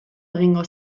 egingo